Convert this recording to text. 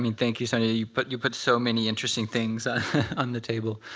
i mean thank you, sonia. you put you put so many interesting things on the table.